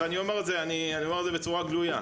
ואני אומר את זה בצורה גלויה,